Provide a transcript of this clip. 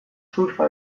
surfa